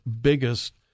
biggest